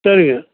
சரிங்க